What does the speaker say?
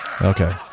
Okay